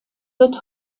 wird